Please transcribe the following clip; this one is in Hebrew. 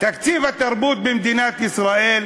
תקציב התרבות במדינת ישראל,